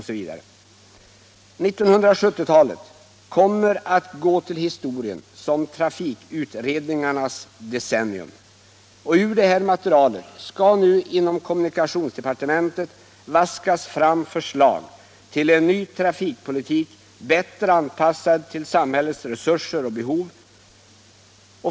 1970-talet kommer att gå till historien som trafikutredningarnas decennium. Ur det här materialet skall nu inom kommunikationsdepartementet vaskas fram förslag till en ny trafikpolitik, bättre anpassad till samhällets resurser och behov.